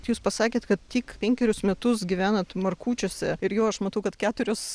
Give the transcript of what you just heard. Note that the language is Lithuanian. jūs pasakėt kad tik penkerius metus gyvenant markučiuose ir jau aš matau kad keturios